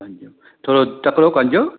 थोरो तकिड़ो कॼो